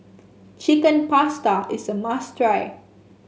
Chicken Pasta is a must try